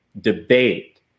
debate